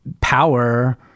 power